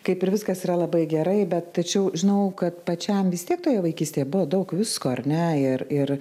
kaip ir viskas yra labai gerai bet tačiau žinau kad pačiam vis tiek toje vaikystė buvo daug visko ar ne ir ir